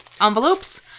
envelopes